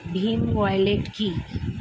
Bhim wallet কি?